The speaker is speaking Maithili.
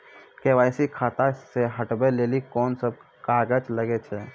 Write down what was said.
के.वाई.सी खाता से हटाबै लेली कोंन सब कागज लगे छै?